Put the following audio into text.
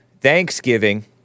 Thanksgiving